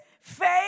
Faith